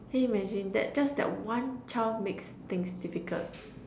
can you imagine that just that one child makes things difficult